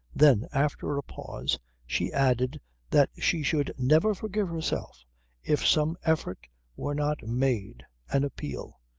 then after a pause she added that she should never forgive herself if some effort were not made, an appeal.